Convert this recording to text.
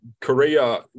Korea